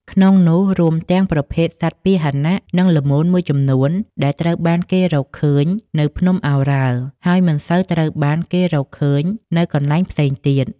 ក្នុងនោះ រួមទាំងប្រភេទសត្វពាហន និងល្មូនមួយចំនួនដែលត្រូវបានគេរកឃើញនៅភ្នំឱរ៉ាល់ ហើយមិនសូវត្រូវបានគេរកឃើញនៅកន្លែងផ្សេងទៀត។